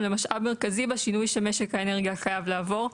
למשאב מרכזי שמשק האנרגיה חייב לעבור,